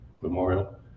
Memorial